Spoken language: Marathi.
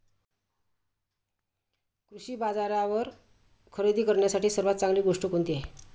कृषी बाजारावर खरेदी करण्यासाठी सर्वात चांगली गोष्ट कोणती आहे?